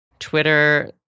Twitter